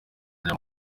aya